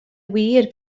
wir